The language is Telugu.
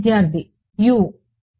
విద్యార్థి U